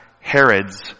Herod's